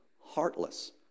heartless